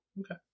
okay